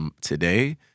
today